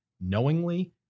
knowingly